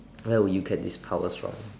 where will you get these powers from